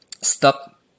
stop